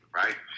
right